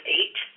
eight